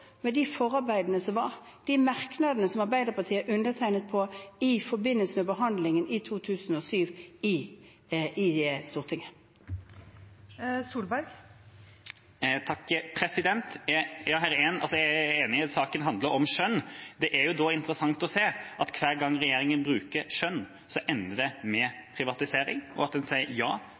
med de forarbeidene som var, og de merknadene som Arbeiderpartiet undertegnet på i forbindelse med behandlingen i 2007 i Stortinget. Det blir oppfølgingsspørsmål – først Torstein Tvedt Solberg. Jeg er enig i at saken handler om skjønn. Det er da interessant å se at hver gang regjeringa bruker skjønn, ender det med privatisering og at man sier ja